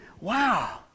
Wow